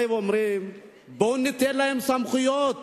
בואו וניתן להם סמכויות